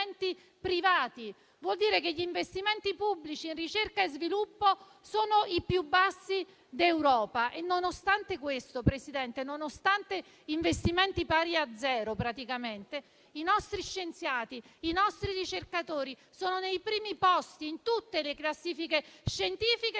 privati). Ciò vuol dire che gli investimenti pubblici in ricerca e sviluppo sono i più bassi d'Europa. Nonostante questo, signor Presidente, nonostante gli investimenti siano praticamente pari a zero, i nostri scienziati e i nostri ricercatori sono ai primi posti in tutte le classifiche scientifiche